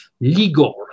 legal